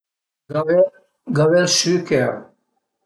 Gavé, gavé ël süchèr